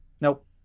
nope